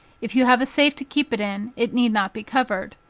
if you have a safe to keep it in, it need not be covered.